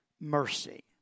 mercy